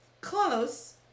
Close